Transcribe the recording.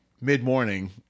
mid-morning